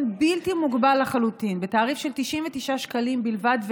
בלתי מוגבל לחלוטין בתעריף של 99 שקלים בלבד,